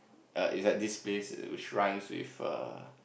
err is at this place which rhymes with err